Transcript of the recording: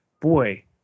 boy